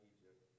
Egypt